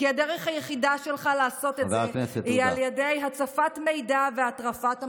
כי הדרך היחידה שלך לעשות את זה היא על ידי הצפת מידע והטרפת המערכת,